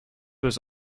was